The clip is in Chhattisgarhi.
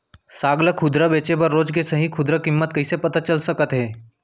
साग ला खुदरा बेचे बर रोज के सही खुदरा किम्मत कइसे पता चल सकत हे?